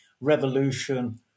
revolution